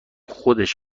خودش